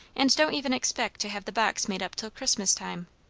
and don't even expect to have the box made up till christmas time.